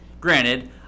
granted